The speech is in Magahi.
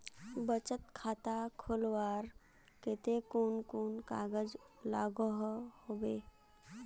बचत खाता खोलवार केते कुन कुन कागज लागोहो होबे?